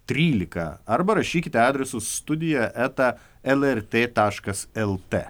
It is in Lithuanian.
trylika arba rašykite adresu studija eta lrt taškas lt